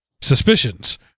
suspicions